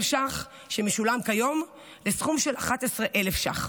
שקלים שמשולם כיום לסכום של 11,000 שקלים,